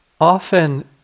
often